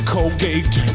Colgate